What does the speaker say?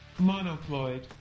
Monoploid